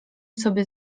sobie